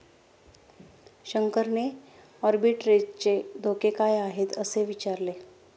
शंकरने आर्बिट्रेजचे धोके काय आहेत, असे विचारले